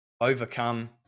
overcome